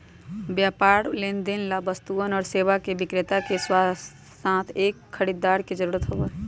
व्यापार लेनदेन ला वस्तुअन और सेवा के विक्रेता के साथसाथ एक खरीदार के जरूरत होबा हई